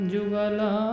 Jugala